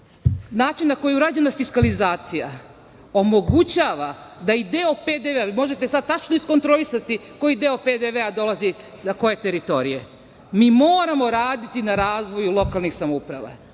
na koji je urađena fiskalizacija omogućava da i deo PDV-a... Vi možete sada tačno iskontrolisati koji deo PDV-a dolazi sa koje teritorije. Mi moramo raditi na razvoju lokalnih samouprava.